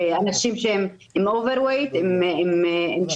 אתם יודעים שאני לא